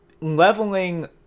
leveling